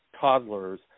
toddlers